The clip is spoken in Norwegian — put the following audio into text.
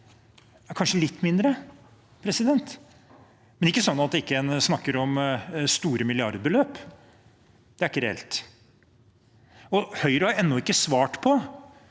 kanskje litt mindre, men ikke sånn at en ikke snakker om store milliardbeløp. Det er ikke reelt. Høyre har ennå ikke svart –